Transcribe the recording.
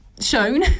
shown